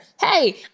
hey